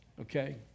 okay